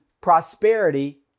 prosperity